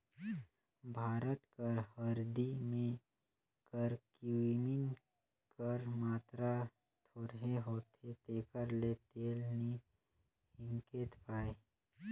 भारत कर हरदी में करक्यूमिन कर मातरा थोरहें होथे तेकर ले तेल नी हिंकेल पाए